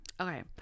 Okay